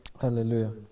Hallelujah